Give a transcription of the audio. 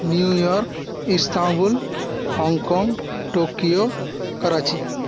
new York Istanbul Hong Kong Tokyo Karachi